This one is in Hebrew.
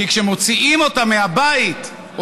כי כשמוציאים אותה מהבית,